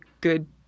good